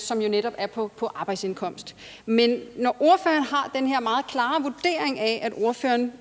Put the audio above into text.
som jo netop er på arbejdsindkomst. Men når ordføreren har den her meget klare vurdering af, at ordføreren